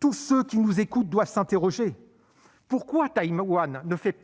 Tous ceux qui nous écoutent doivent s'interroger : pourquoi Taïwan ne fait